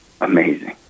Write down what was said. amazing